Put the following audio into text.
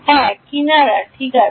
হ্যাঁ কিনারা ঠিক আছে